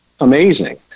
amazing